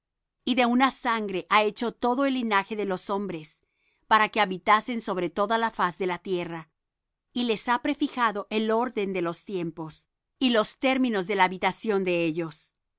y de una sangre ha hecho todo el linaje de los hombres para que habitasen sobre toda la faz de la tierra y les ha prefijado el orden de los tiempos y los términos de los habitación de ellos